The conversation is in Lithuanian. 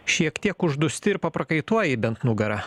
šiek tiek uždūsti ir paprakaituoji bent nugarą